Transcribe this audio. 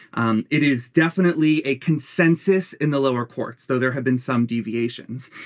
um it is definitely a consensus in the lower courts though there have been some deviations.